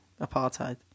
apartheid